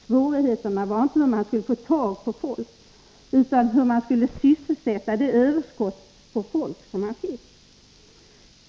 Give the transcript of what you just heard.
Svårigheterna var inte hur man skulle få tag på folk utan hur man skulle sysselsätta det överskott på folk som man fick.